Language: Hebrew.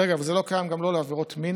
דרך אגב, זה לא קיים, גם לא לעבירות מין,